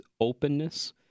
openness